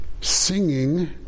singing